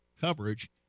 coverage